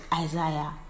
Isaiah